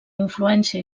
influència